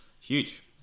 huge